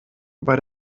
bei